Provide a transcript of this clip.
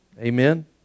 Amen